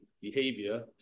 behavior